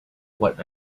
what